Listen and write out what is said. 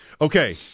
okay